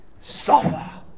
suffer